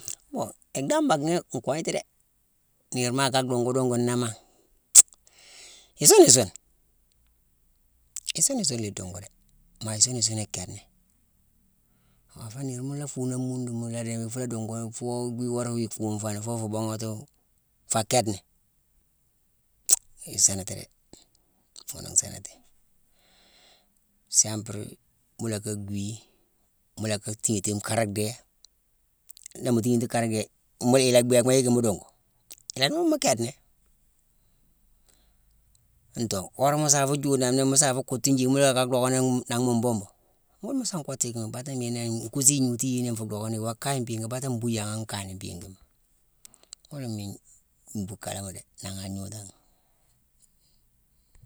Mbon yack danghback né, nkognati dé. Niir ma kaa dhungu dhungu né ma, isune isune. Isune isune na idungu dé. Maa isune isune i kédeni. Maa foo niirma la fuuni an munduma la dini fu la dungu foo bhii worama ikunfo ni foo fu buughatu, faa kédeni, isinati dé. Fune nsinati. Simpiri, mu lacka gwii, mu lacka thignétime kara dhéé, ni mu tignéti kara dhéé, mu yéé i la bhégh mo yicki mu dungu? Ila dimo mu kédeni. Antong worama mu sa fu juudename ni, mu sa fu kottume jeye mu locka dhockani-m-nangh mu mbuumbu, ghuna mu sa kottu yicki bata miina né nkusu gnotu yéye né fuu dhockani, iwo kaye mbiighi. Bata mbuu yanghangh nkayeni mbiigima. Ghuna miine mbuu kala ma dé nangha gnodangh.